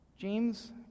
James